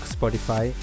Spotify